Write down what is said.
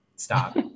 stop